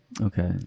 Okay